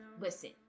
Listen